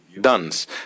dance